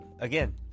again